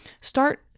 start